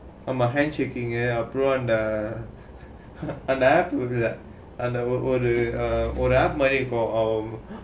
I'm a handshaking put on the and I have to application மாரி இருக்கும்:maari irukkum